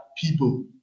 people